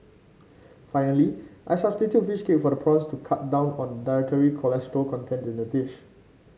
finally I substitute fish cake for the prawns to cut down on the dietary cholesterol content in the dish